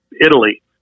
Italy